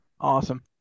Awesome